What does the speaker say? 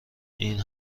این